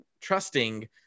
trusting